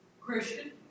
Christian